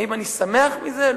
האם אני שמח מזה?